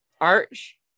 arch